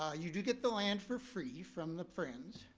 ah you do get the land for free from the friends,